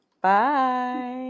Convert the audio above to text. bye